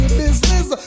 business